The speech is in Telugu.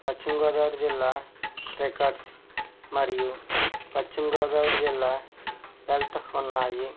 పశ్చిమ గోదావరి జిల్లా రికార్డ్స్ మరియు పశ్చిమ గోదావరి జిల్లా హెల్త్ ఉన్నాయి